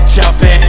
jumping